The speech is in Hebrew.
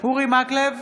אורי מקלב,